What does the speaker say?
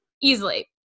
easily